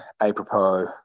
apropos